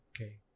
Okay